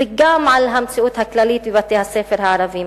וגם על המציאות הכללית בבתי-הספר הערביים,